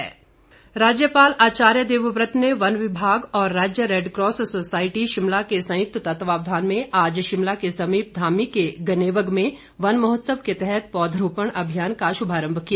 राज्यपाल राज्यपाल आचार्य देवव्रत ने वन विभाग और राज्य रैडक्रॉस सोसायटी शिमला के संयुक्त तत्वावधान में आज शिमला के समीप धामी के गनेवग में वन महोत्सव के तहत पौधरोपण अभियान का शुभारम्भ किया